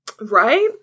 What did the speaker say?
Right